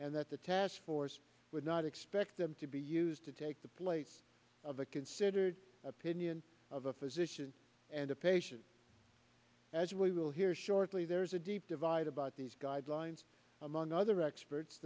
and that the task force would not expect them to be used to take the place of the considered opinion of a physician and a patient as we will hear shortly there is a deep divide about these guidelines among other experts